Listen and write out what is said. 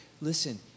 listen